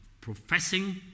professing